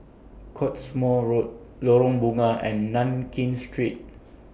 Cottesmore Road Lorong Bunga and Nankin Street